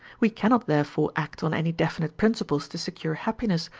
we cannot therefore act on any definite principles to secure happiness,